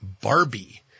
Barbie